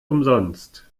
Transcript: umsonst